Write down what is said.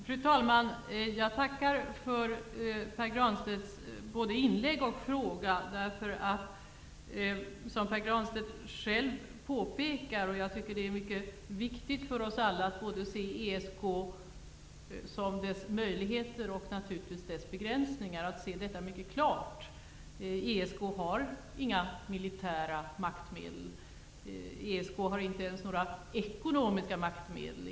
Fru talman! Jag tackar för Pär Granstedts inlägg och fråga. Som Pär Granstedt själv påpekar är det viktigt för oss alla att mycket klart se både ESK:s möjligheter och dess begränsningar. ESK har inga militära maktmedel. ESK har inte ens några ekonomiska maktmedel.